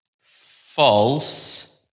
False